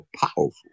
powerful